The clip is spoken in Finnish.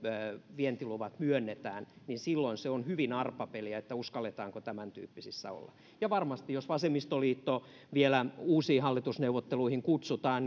vientiluvat myönnetään niin silloin se on hyvin arpapeliä uskalletaanko tämäntyyppisissä olla ja varmasti jos vasemmistoliitto vielä uusiin hallitusneuvotteluihin kutsutaan